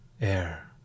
air